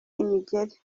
imigeri